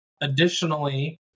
additionally